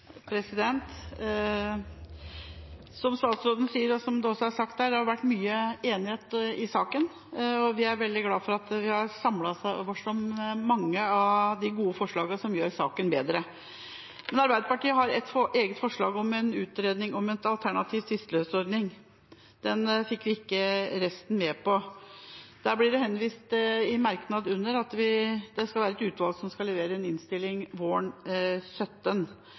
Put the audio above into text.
sagt her: Det har vært mye enighet i saken. Vi er veldig glad for at vi har samlet oss om mange av de gode forslagene som gjør saken bedre, men Arbeiderpartiet har et eget forslag om å utrede alternative tvisteløsningsordninger. Det fikk vi ikke resten med på. Det blir henvist til i merknaden at det skal være et utvalg som skal levere sin innstilling våren